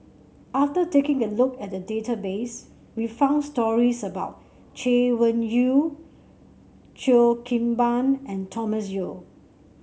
after taking a look at the database we found stories about Chay Weng Yew Cheo Kim Ban and Thomas Yeo